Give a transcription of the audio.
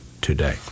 today